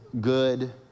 good